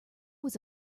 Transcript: was